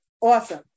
Awesome